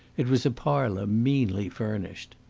it was a parlour meanly furnished.